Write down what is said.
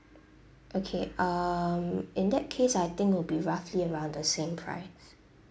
okay um in that case I think will be roughly around the same price